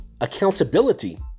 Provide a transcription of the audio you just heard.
accountability